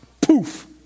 Poof